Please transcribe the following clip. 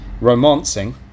Romancing